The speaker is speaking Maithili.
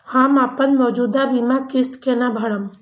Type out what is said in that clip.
हम अपन मौजूद बीमा किस्त केना भरब?